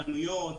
חנויות,